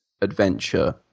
adventure